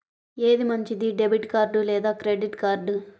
ఏది మంచిది, debit card లేదా క్రెడిట్ కార్డ్?